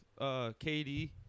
KD